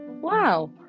wow